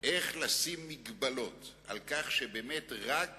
איך לשים מגבלות על כך שבאמת רק